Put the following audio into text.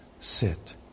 sit